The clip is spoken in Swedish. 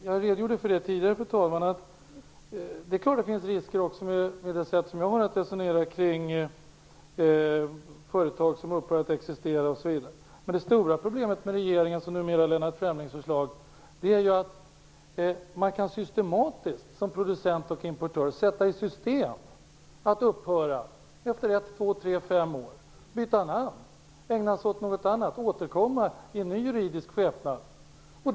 Jag redogjorde tidigare för den andra delen. Det är klart att det också finns risker med det sätt som jag har att resonera på, t.ex. kring företag som upphör att existera osv. Men det stora problemet med regeringens och numera Lennart Fremlings förslag är ju att man som producent och importör kan sätta i system att upphöra med verksamheten efter två tre eller fem år. Man kan byta namn på firman, ägna sig åt någonting annat eller återkomma men en annan verksamhet i en ny juridisk skepnad.